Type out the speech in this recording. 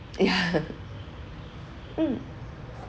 yeah mm